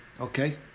Okay